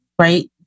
right